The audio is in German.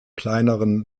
kleineren